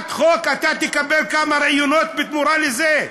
אתה תקבל כמה ראיונות בתמורה לזה.